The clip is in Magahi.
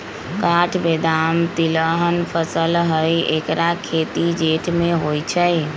काठ बेदाम तिलहन फसल हई ऐकर खेती जेठ में होइ छइ